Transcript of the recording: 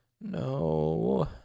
No